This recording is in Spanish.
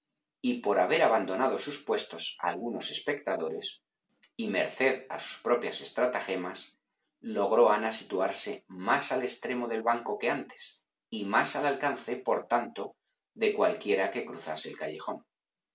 y por haber abandonado sus puestos algunos espectadores y merced a sus propias estratagemas logró ana situarse más al extremo del banco que antes y más al alcance por tanto de cualquiera que cruzase el callejón